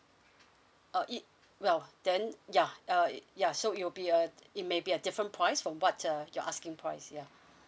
uh it well then ya uh ya so it will be uh it maybe a different points from what uh your asking price ya